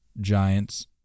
Giants